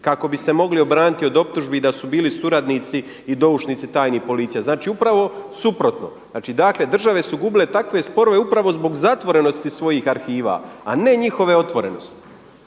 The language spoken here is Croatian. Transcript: kako bi se mogli obraniti od optužbi da su bili suradnici i doušnici tajnih policija. Znači upravo suprotno. Znači dakle države su gubile takve sporove upravo zbog zatvorenosti svojih arhiva a ne njihove otvorenosti.